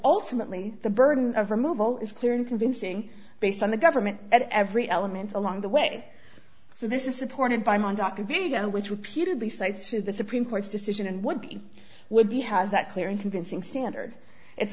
ultimately the burden of removal is clear and convincing based on the government at every element along the way so this is supported by mondavi which repeatedly cites to the supreme court's decision and one thing would be has that clear and convincing standard it's